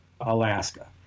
Alaska